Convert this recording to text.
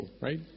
right